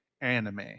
anime